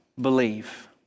believe